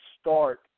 start